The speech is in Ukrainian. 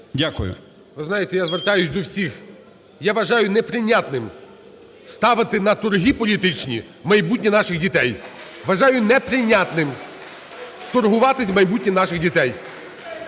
Ви знаєте, я звертаюся до всіх. Я вважаю, неприйнятним ставити на торги політичні майбутнє наших дітей. Вважаю неприйнятним торгуватись з майбутнім наших дітей.